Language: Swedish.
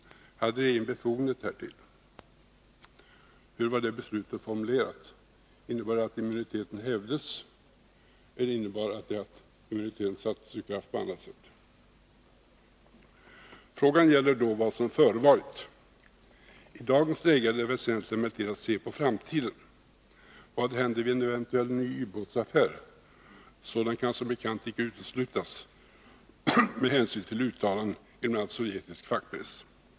Hade regeringen befogenhet härtill? Hur var det beslutet formulerat? Innebar det att immuniteten hävdes, eller innebar det att immuniteten på annat sätt sattes ur kraft? Frågan gäller då vad som förevarit. I dagens läge är det väsentliga emellertid att se på framtiden. Vad händer vid en eventuell ny ubåtsaffär? Sådana kan som bekant icke uteslutas med hänsyn till uttalanden i sovjetisk fackpress.